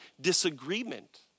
disagreement